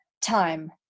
time